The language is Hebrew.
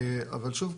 אבל שוב,